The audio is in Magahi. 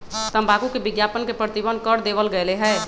तंबाकू के विज्ञापन के प्रतिबंध कर देवल गयले है